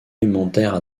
élémentaires